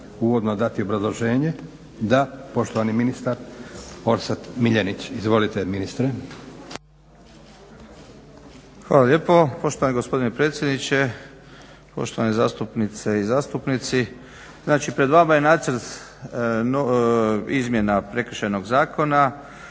uvodno dati obrazloženje? Da. Poštovani ministar Orsat Miljenić. Izvolite ministre. **Miljenić, Orsat** Hvala lijepo. Poštovani gospodine predsjedniče, poštovane zastupnice i zastupnici. Znači pred vama ne nacrt izmjena Prekršajnog zakona.